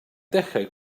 dechrau